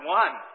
one